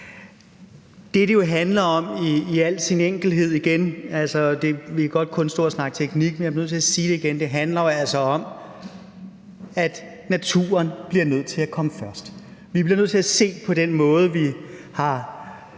det igen – er, at naturen altså bliver nødt til at komme først. Vi bliver nødt til at se på den måde, vi har